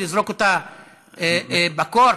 ולזרוק אותה בקור?